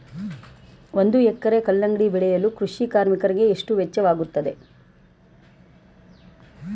ಒಂದು ಎಕರೆ ಕಲ್ಲಂಗಡಿ ಬೆಳೆಯಲು ಕೃಷಿ ಕಾರ್ಮಿಕರಿಗೆ ಎಷ್ಟು ವೆಚ್ಚವಾಗುತ್ತದೆ?